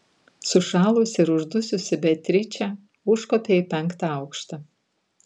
sušalusi ir uždususi beatričė užkopė į penktą aukštą